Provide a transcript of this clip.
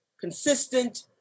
consistent